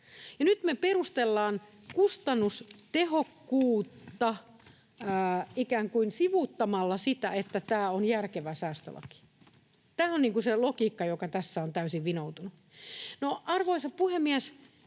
nyt me perustellaan kustannustehokkuutta ikään kuin sivuamalla sitä, että tämä on järkevä säästölaki. Tämä on se logiikka, joka tässä on täysin vinoutunut. Arvoisa puhemies!